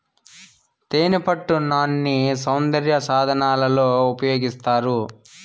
తేనెపట్టు నాన్ని సౌందర్య సాధనాలలో ఉపయోగిస్తారు